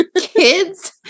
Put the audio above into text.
kids